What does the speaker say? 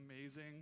amazing